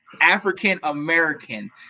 African-American